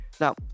Now